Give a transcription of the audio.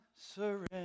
surrender